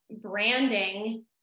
branding